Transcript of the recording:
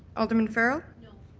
alder and farrell?